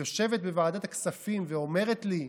יושבת בוועדת הכספים ואומרת לי: